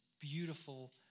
beautiful